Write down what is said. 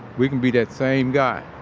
we can be that same guy,